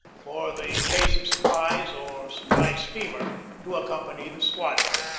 for the base of supplies or supply steamer to accompany the squadron.